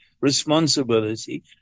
responsibility